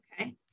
Okay